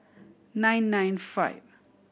nine nine five